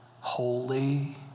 holy